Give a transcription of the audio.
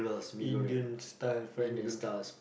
Indian style friend noodles